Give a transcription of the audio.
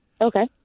Okay